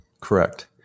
Correct